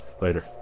later